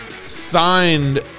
signed